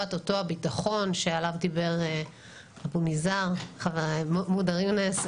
לטובת אותו הביטחון שעליו דיבר מודר יוניס.